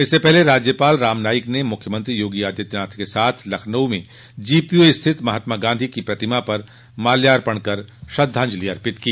इससे पूर्व राज्यपाल राम नाईक ने मुख्यमंत्री योगी आदित्यनाथ के साथ लखनऊ में जीपीओ स्थित महात्मा गांधी की प्रतिमा पर माल्यार्पण कर श्रद्वाजंलि अर्पित की